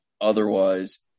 otherwise